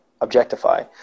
objectify